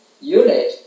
unit